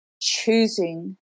choosing